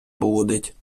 блудить